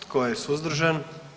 Tko je suzdržan?